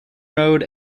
road